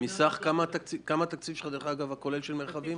מה התקציב הכולל של מועצת מרחבים?